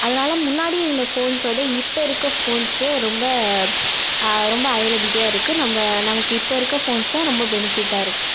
அதனால் முன்னாடி இருந்த ஃபோன்ஸோடு இப்போ இருக்கற ஃபோன்ஸு ரொம்ப ரொம்ப அவைலபிளிட்டியாக இருக்குது ரொம்ப நமக்கு இப்போ இருக்கற ஃபோன்ஸ் தான் ரொம்ப பெனிஃபிட்டாக இருக்குது